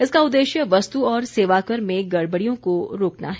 इसका उद्देश्य वस्तु और सेवाकर में गड़बड़ियों को रोकना है